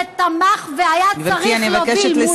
שתמך והיה צריך להוביל מול,